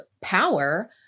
power